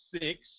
six